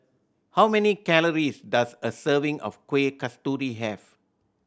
how many calories does a serving of Kueh Kasturi have